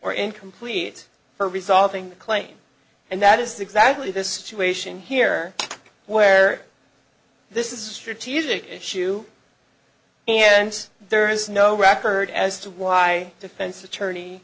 or incomplete for resolving the claim and that is exactly this situation here where this is a strategic issue and there is no record as to why defense attorney